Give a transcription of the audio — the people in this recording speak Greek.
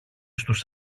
στους